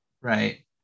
Right